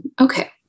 Okay